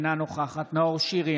אינה נוכחת נאור שירי,